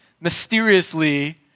mysteriously